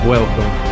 Welcome